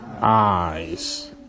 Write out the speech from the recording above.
eyes